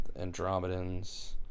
Andromedans